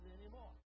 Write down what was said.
anymore